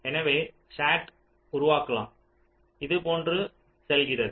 எனவே SAT உருவாக்கம் இதுபோன்று செல்கிறது